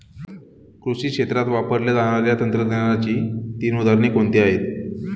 कृषी क्षेत्रात वापरल्या जाणाऱ्या तंत्रज्ञानाची तीन उदाहरणे कोणती आहेत?